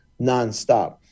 nonstop